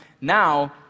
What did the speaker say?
Now